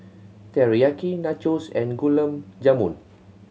Teriyaki Nachos and Gulab Jamun